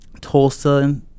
Tulsa